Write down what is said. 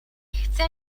chce